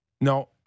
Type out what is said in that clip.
No